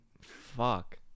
fuck